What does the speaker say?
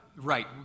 right